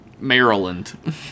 maryland